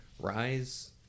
Rise